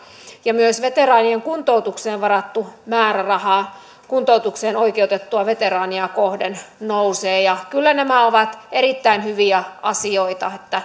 myös veteraanien kuntoutukseen varattu määräraha kuntoutukseen oikeutettua veteraania kohden nousee kyllä nämä ovat erittäin hyviä asioita että